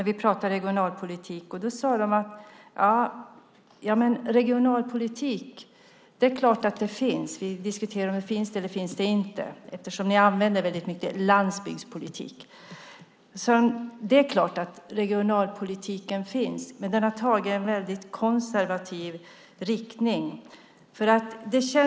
Vi diskuterade om det finns någon regionalpolitik eller inte, eftersom ni talar väldigt mycket om landsbygdspolitik. De sade: Ja, det är klart att regionalpolitiken finns, men den har tagit en väldigt konservativ riktning.